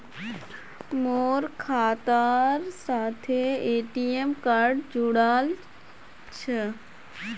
मोर खातार साथे ए.टी.एम कार्ड जुड़ाल छह